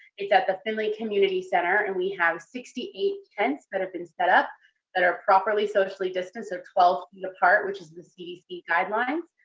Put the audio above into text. it's at the finley community center and we have sixty eight tents that have been set up that are properly socially distanced of twelve feet and apart, which is the cdc guidelines.